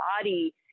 body